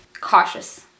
cautious